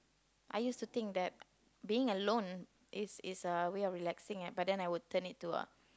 I used to think that being alone is is a way of relaxing but then I will turn it to a